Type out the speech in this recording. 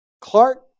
Clark